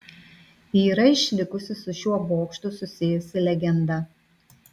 yra išlikusi su šiuo bokštu susijusi legenda